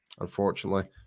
unfortunately